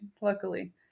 luckily